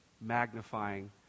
magnifying